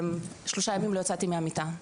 ושלשוה ימים לא יצאתי מהמיטה.